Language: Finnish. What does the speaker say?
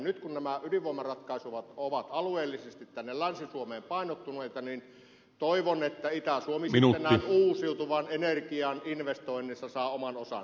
nyt kun nämä ydinvoimaratkaisut ovat alueellisesti tänne länsi suomeen painottuneita niin toivon että itä suomi sitten näissä uusiutuvan energian investoinneissa saa oma osansa